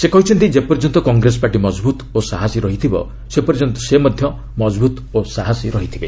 ସେ କହିଛନ୍ତି ଯେପର୍ଯ୍ୟନ୍ତ କଂଗ୍ରେସ ପାର୍ଟି ମଜଭୁତ ଓ ସାହସୀ ରହିଥିବା ସେପର୍ଯ୍ୟନ୍ତ ସେ ମଧ୍ୟ ମଜଭୁତ ଓ ସାହସୀ ରହିଥିବେ